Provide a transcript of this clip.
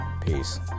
peace